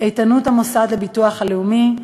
איתנות המוסד לביטוח לאומי,